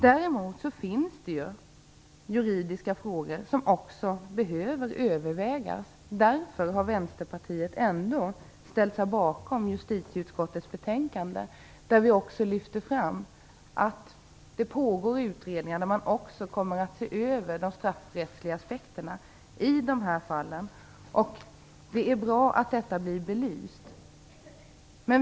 Däremot finns det juridiska frågor som behöver övervägas. Därför har Vänsterpartiet ändå ställt sig bakom justitieutskottets betänkande. Vi lyfter fram att det pågår en utredning där man också kommer att se över de straffrättsliga aspekterna i dessa fall. Det är bra att detta blir belyst.